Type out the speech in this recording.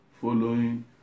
following